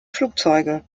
flugzeuge